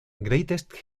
greatest